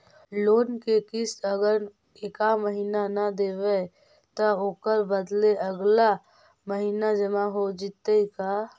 Loan के किस्त अगर एका महिना न देबै त ओकर बदले अगला महिना जमा हो जितै का?